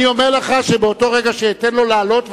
אני אומר לך שבאותו רגע שאתן לו לעלות,